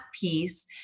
piece